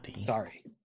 Sorry